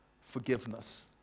forgiveness